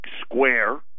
square